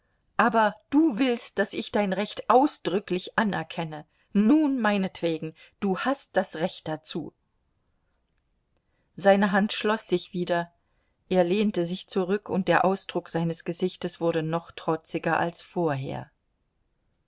aber du willst daß ich dein recht ausdrücklich anerkenne nun meinetwegen du hast das recht dazu seine hand schloß sich wieder er lehnte sich zurück und der ausdruck seines gesichtes wurde noch trotziger als vorher